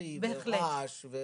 הציבורי ורעש?